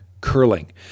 curling